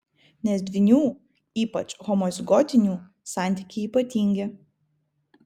nes dvynių ypač homozigotinių santykiai ypatingi